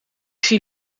zie